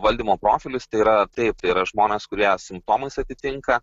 valdymo profilis tai yra taip yra žmonės kurie simptomais atitinka